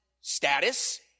status